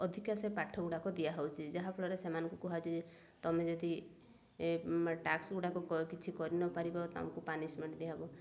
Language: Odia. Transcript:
ଅଧିକା ସେ ପାଠ ଗୁଡ଼ାକ ଦିଆହଉଛି ଯାହାଫଳରେ ସେମାନଙ୍କୁ କୁହାଯ ତମେ ଯଦି ଟାକ୍ସ ଗୁଡ଼ାକ କିଛି କରିନପାରିବ ତାଙ୍କୁ ପାନିସମେଣ୍ଟ ଦିଆହବ